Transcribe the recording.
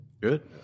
Good